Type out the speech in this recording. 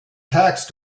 tax